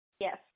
yes